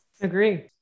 agree